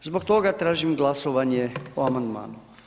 Zbog toga tražim glasovanje o amandmanu.